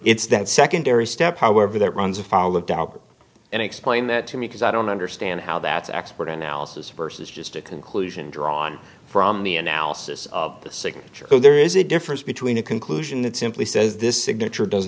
that secondary step however that runs afoul of daubert and explain that to me because i don't understand how that's expert analysis versus just a conclusion drawn from the analysis of the signature so there is a difference between a conclusion that simply says this signature does